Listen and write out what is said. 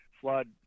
flood